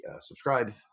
subscribe